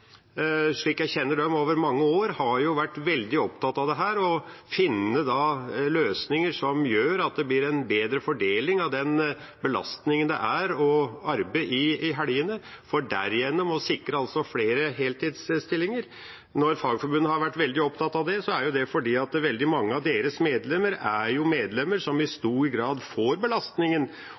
slik jeg kjenner dem over mange år, har vært veldig opptatt av dette og av å finne løsninger som gjør at det blir en bedre fordeling av den belastningen det er å arbeide i helgene, for derigjennom å sikre flere heltidsstillinger. Når Fagforbundet har vært veldig opptatt av det, er det fordi veldig mange av deres medlemmer er medlemmer som i stor grad får belastningen